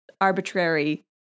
arbitrary